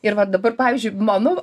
ir vat dabar pavyzdžiui mano